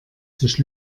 sich